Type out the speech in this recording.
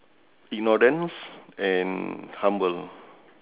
ignorance and humble